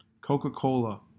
Coca-Cola